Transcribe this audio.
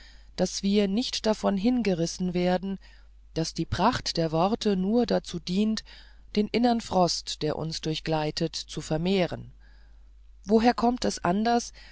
daß wir nicht davon hingerissen werden daß die pracht der worte nur dazu dient den inneren frost der uns durchgleitet zu vermehren woher kommt es anders